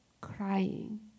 crying